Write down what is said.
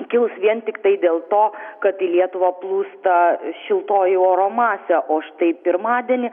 kils vien tiktai dėl to kad į lietuvą plūsta šiltoji oro masė o štai pirmadienį